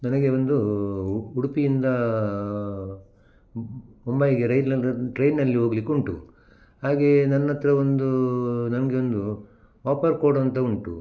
ನನಗೆ ಒಂದು ಉಡುಪಿಯಿಂದ ಮುಂಬೈಗೆ ರೈಲ್ನಲ್ಲಿ ಟ್ರೈನ್ನಲ್ಲಿ ಹೋಗ್ಲಿಕ್ಕುಂಟು ಹಾಗೇ ನನ್ನ ಹತ್ತಿರ ಒಂದು ನನ್ಗೆ ಒಂದು ಆಪರ್ ಕೋಡಂತ ಉಂಟು